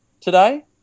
today